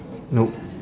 no